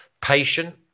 patient